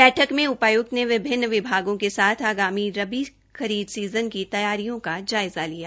बैठक में उपायुक्त ने विभिन्न विभागों के साथ आगामी रबी खरीद सीजन की तैयारियों का जायजा लिया